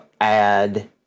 add